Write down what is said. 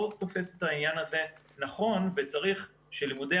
המחוז לא תופס את העניין הזה נכון וצריך שלימודי